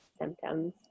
symptoms